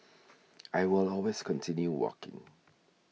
I will always continue walking